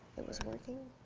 it was working.